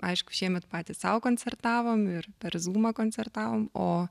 aišku šiemet patys sau koncertavom ir per zūmą koncertavom o